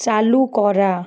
চালু করা